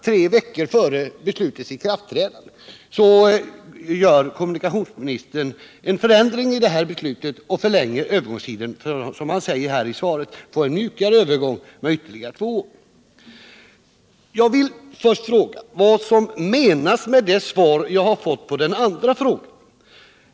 Tre veckor före beslutets ikraftträdande ändrar kommunikationsministern det här beslutet och förlänger övergångstiden för att, som det heter i svaret, få ”en mjukare övergång”. Jag vill först fråga vad som menas med svaret på min andra fråga.